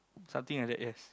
something like that yes